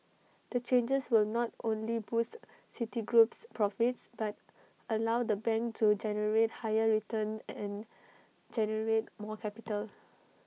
the changes will not only boost Citigroup's profits but allow the bank to generate higher returns and generate more capital